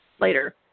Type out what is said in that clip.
later